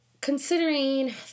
Considering